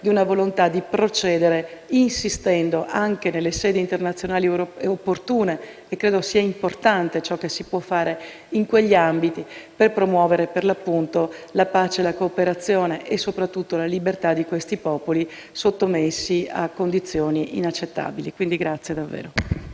una volontà di procedere insistendo, anche nelle sedi internazionali opportune (e credo che sia importante ciò che si può fare in quegli ambiti), per promuovere la pace, la cooperazione e soprattutto la libertà di questi popoli sottomessi a condizioni inaccettabili. La ringrazio davvero.